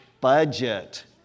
budget